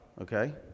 okay